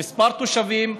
כמה תושבים.